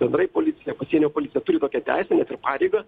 bendrai policija pasienio policija turi tokią teisę net pareigą